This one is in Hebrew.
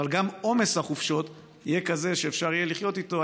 אבל גם עומס החופשות יהיה כזה שאפשר יהיה לחיות איתו.